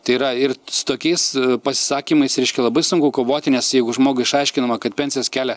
tai yra ir su tokiais pasisakymais reiškia labai sunku kovoti nes jeigu žmogui išaiškinama kad pensijas kelia